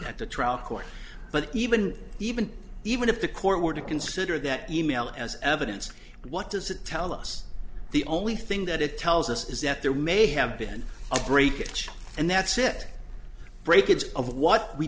at the trial court but even even even if the court were to consider that email as evidence what does it tell us the only thing that it tells us is that there may have been a break and that's it break it's of what we